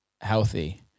healthy